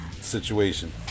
situation